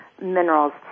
minerals